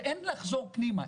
ואין לחזור פנימה.